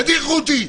ידיחו אותי.